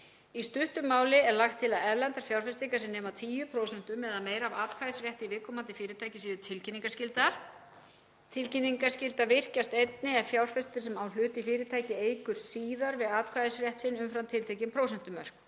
Í stuttu máli er lagt til að erlendar fjárfestingar sem nema 10% eða meira af atkvæðisrétti í viðkomandi fyrirtæki séu tilkynningarskyldar. Tilkynningarskylda virkjast einnig ef fjárfestir sem á hlut í fyrirtæki eykur síðar við atkvæðisrétt sinn umfram tiltekin prósentumörk.